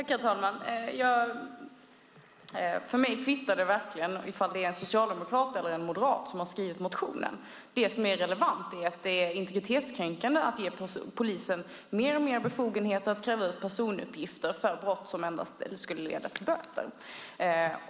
Herr talman! För mig kvittar det ifall det är en socialdemokrat eller en moderat som väckt motionen. Det relevanta är att det är integritetskränkande att ge polisen allt större befogenheter att begära ut personuppgifter för brott som endast skulle leda till böter.